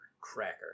cracker